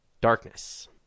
darkness